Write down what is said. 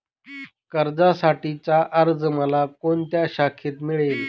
कर्जासाठीचा अर्ज मला कोणत्या शाखेत मिळेल?